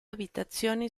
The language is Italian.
abitazioni